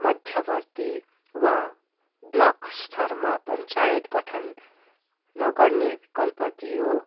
मध्यवर्ती वा बल्क स्तरमा पञ्चायत गठन नगर्ने विकल्प दियो